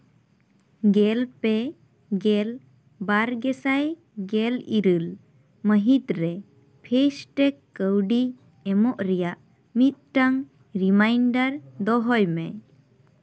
ᱜᱮᱞ ᱯᱮ ᱜᱮᱞ ᱵᱟᱨ ᱜᱮᱥᱟᱭ ᱜᱮᱞ ᱤᱨᱟᱹᱞ ᱢᱟᱹᱦᱤᱛᱨᱮ ᱯᱷᱤᱥ ᱴᱮᱠ ᱠᱟᱹᱣᱰᱤ ᱮᱢᱚᱜ ᱨᱮᱭᱟᱜ ᱢᱤᱫᱴᱟᱝ ᱨᱤᱢᱟᱭᱤᱱᱰᱟᱨ ᱫᱚᱦᱚᱭ ᱢᱮ